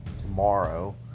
tomorrow